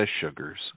sugars